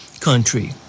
country